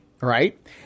Right